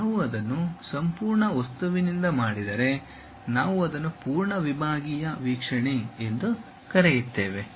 ನಾವು ಅದನ್ನು ಸಂಪೂರ್ಣ ವಸ್ತುವಿನಿಂದ ಮಾಡಿದರೆ ನಾವು ಅದನ್ನು ಪೂರ್ಣ ವಿಭಾಗೀಯ ವೀಕ್ಷಣೆ ಎಂದು ಕರೆಯುತ್ತೇವೆ